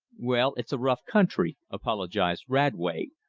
well, it's a rough country, apologized radway,